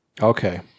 Okay